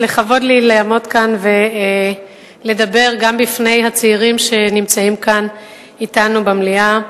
לכבוד לי לעמוד כאן ולדבר גם בפני הצעירים שנמצאים כאן אתנו במליאה,